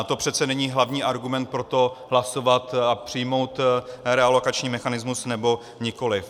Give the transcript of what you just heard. To přece není hlavní argument pro to hlasovat a přijmout relokační mechanismus, nebo nikoliv.